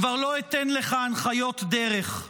כבר לא אתן לך הנחיות דרך,